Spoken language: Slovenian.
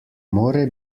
more